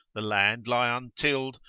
the land lie untilled,